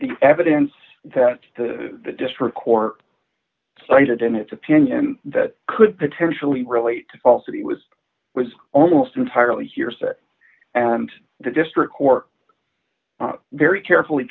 the evidence that the district court cited in its opinion that could potentially relate falsity was was almost entirely hearsay and the district court very carefully